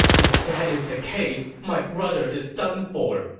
if that is the case, my brother is done for!